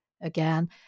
again